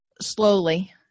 slowly